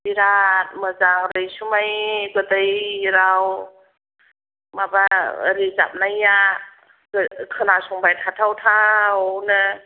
बिराथ मोजां रैसुमै गोदै राव माबा रोजाबनाया खोनासंबाय थाथावथावनो